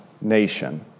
nation